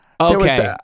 Okay